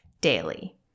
daily